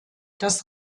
das